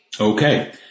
Okay